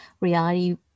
reality